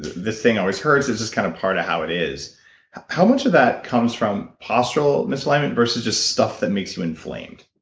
this thing always hurts, it's just kind of part of how it is how much of that comes from postural misalignment versus just stuff that makes you inflamed?